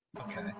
okay